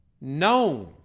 Known